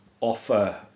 offer